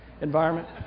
environment